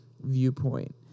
viewpoint